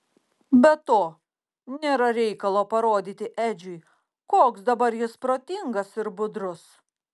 be to nėra reikalo parodyti edžiui koks dabar jis protingas ir budrus